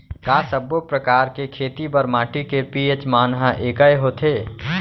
का सब्बो प्रकार के खेती बर माटी के पी.एच मान ह एकै होथे?